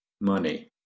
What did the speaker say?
money